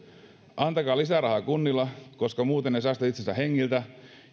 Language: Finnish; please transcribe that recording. antakaa lisärahaa kunnille koska muuten ne säästävät itsensä hengiltä